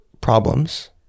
problems